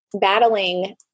battling